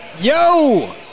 yo